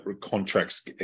contracts